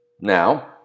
Now